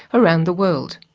around the world.